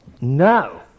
no